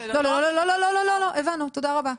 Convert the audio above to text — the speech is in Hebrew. לא, לא, הבנו, תודה רבה.